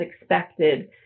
expected